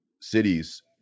cities